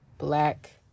black